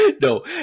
No